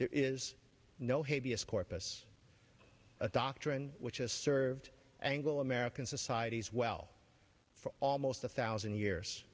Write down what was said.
there is no hey vs corpus a doctrine which has served anglo american societies well for almost a thousand years